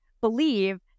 believe